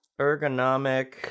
Ergonomic